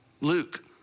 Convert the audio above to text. Luke